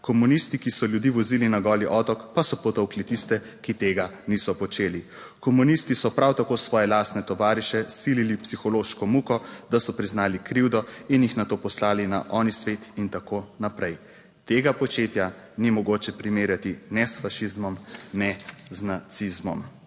Komunisti, ki so ljudi vozili na Goli otok, pa so potolkli tiste, ki tega niso počeli. Komunisti so prav tako svoje lastne tovariše silili v psihološko muko, **49. TRAK: (SC) – 13.00** (nadaljevanje) da so priznali krivdo in jih nato poslali na oni svet. In tako naprej: Tega početja ni mogoče primerjati ne s fašizmom ne z nacizmom.